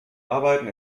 arbeiten